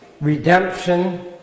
Redemption